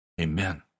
Amen